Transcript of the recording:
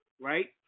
Right